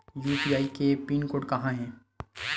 UPI के pin code का हे?